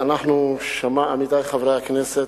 עמיתי חברי הכנסת,